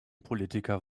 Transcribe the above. politiker